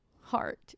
heart